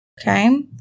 Okay